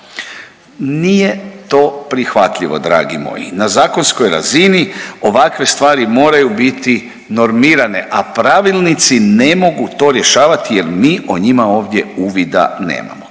Nije to prihvatljivo, dragi moji. Na zakonskoj razini, ovakve stvari moraju biti normirane, a pravilnici ne mogu to rješavati jer mi o njima uvida nemamo.